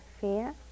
fear